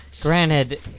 Granted